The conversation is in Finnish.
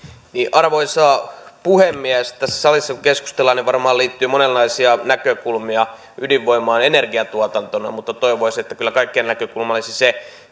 arvoisa puhemies tässä salissa kun keskustellaan niin varmaan liittyy monenlaisia näkökulmia ydinvoimaan energiantuotantona mutta toivoisi että mitä tulee ydinjätteeseen kyllä kaikkien näkökulma olisi se